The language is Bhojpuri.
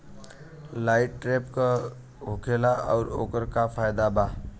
लाइट ट्रैप का होखेला आउर ओकर का फाइदा बा?